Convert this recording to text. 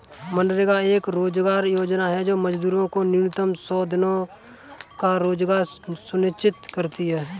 मनरेगा एक रोजगार योजना है जो मजदूरों को न्यूनतम सौ दिनों का रोजगार सुनिश्चित करती है